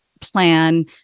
plan